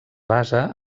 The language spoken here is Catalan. basa